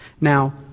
Now